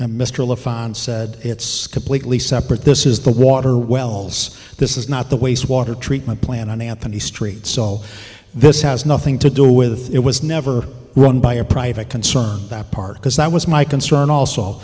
lafond said it's completely separate this is the water wells this is not the waste water treatment plant on the anthony street so this has nothing to do with it was never run by a private concern that part because that was my concern also